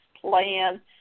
plan